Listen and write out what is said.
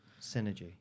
Synergy